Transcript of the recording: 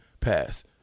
pass